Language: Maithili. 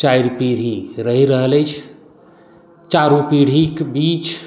चारि पीढ़ी रहि रहल अछि चारू पीढ़ीके बीच